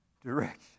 direction